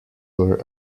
were